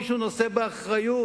מישהו נושא באחריות.